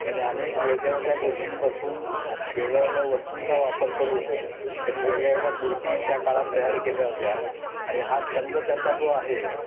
त्याने अनेक वेगळ्या वेगळ्या गोष्टींपासून वेगळ्या वेगळ्या वस्तूंचा वापर करून त्याने वेगळ्या वेगळ्या मूर्ती त्या काळात तयार केल्या होत्या आणि हा छंद त्याचा जो आहे